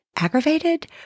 aggravated